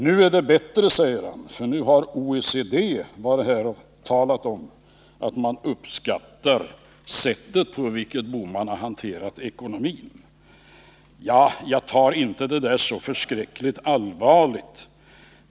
Nu är den bättre, för nu har OECD varit här och talat om att man uppskattar sättet på vilket vi har hanterat ekonomin. Jag tar nu inte detta så förskräckligt allvarligt.